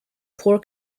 poor